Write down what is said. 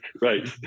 Right